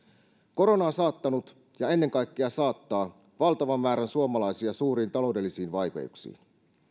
korona on saattanut ja ennen kaikkea saattaa valtavan määrän suomalaisia suuriin taloudellisiin vaikeuksiin